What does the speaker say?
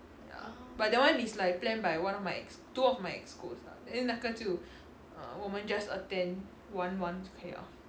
ya but that one is like planned by one of my ex two of my EXCO lah then 那个就我们 just attend 玩玩就可以了